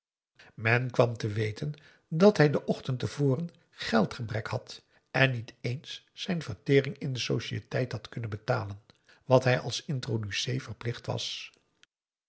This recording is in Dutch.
men kwam te weten dat hij den ochtend te voren geldgebrek had en niet eens zijn vertering in de sociëteit had kunnen betalen wat hij als introducé verplicht was